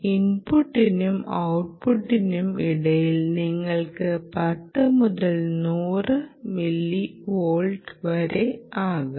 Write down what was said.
ഇൻപുട്ടിനും ഔട്ട്പുട്ടിനും ഇടയിൽ നിങ്ങൾക്ക് 10 മുതൽ 100 മില്ലിവോൾട്ട് വരെ ആകാം